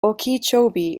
okeechobee